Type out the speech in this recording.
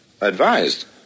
Advised